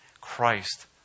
Christ